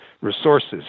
resources